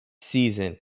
season